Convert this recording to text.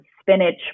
spinach